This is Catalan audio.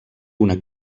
una